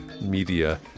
Media